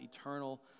eternal